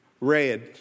Red